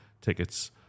tickets